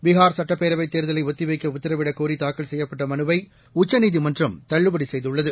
பீகார் சட்டப்பேரவை தேர்தலை ஒத்தி வைக்க உத்தரவிடக் கோரி தாக்கல் செய்யப்பட்ட மனுவை உச்சநீதிமன்றம் தள்ளுபடி செய்துள்ளது